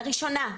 לראשונה,